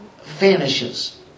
vanishes